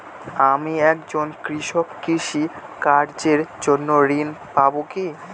আমি একজন কৃষক কৃষি কার্যের জন্য ঋণ পাব কি?